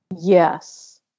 Yes